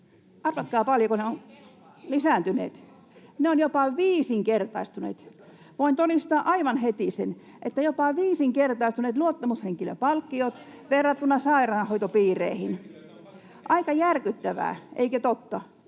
Arvatkaa, paljonko ne ovat lisääntyneet? Ne ovat jopa viisinkertaistuneet. Voin todistaa aivan heti sen, että ovat jopa viisinkertaistuneet luottamushenkilöpalkkiot verrattuna sairaanhoitopiireihin. Aika järkyttävää, eikö totta?